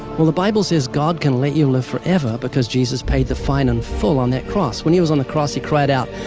well, the bible says god can let you live forever because jesus paid the fine in and full on that cross. when he was on the cross, he cried out,